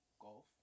golf